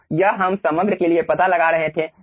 तो यह हम समग्र के लिए पता लगा रहे थे